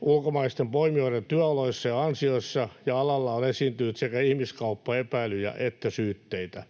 Ulkomaisten poimijoiden työoloissa ja ansioissa ja alalla on esiintynyt sekä ihmiskauppaepäilyjä että -syytteitä.